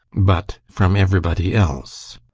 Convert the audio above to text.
but from everybody else.